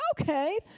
okay